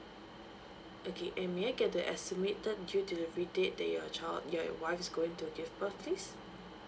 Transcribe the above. okay and may I get the estimated due delivery date that your child your wife is going to give birth please